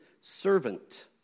servant